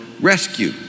rescue